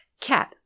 cat